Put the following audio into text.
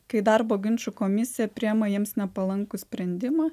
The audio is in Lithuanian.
kai darbo ginčų komisija priima jiems nepalankų sprendimą